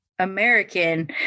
American